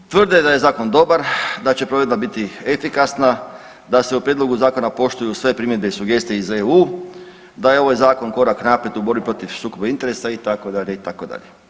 Tvrde da je zakon dobar, da će provedba biti efikasna, da se u prijedlogu zakona poštuju sve primjedbe i sugestije iz EU, da je ovaj zakon korak naprijed u borbi protiv sukoba interesa itd. itd.